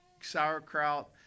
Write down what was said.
sauerkraut